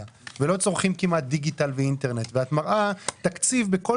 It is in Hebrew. וכמעט לא צורכים דיגיטל ואינטרנט ואת מראה תקציב בכל